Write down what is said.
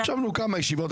ישבנו כמה ישיבות,